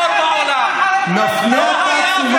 נפנה את תשומת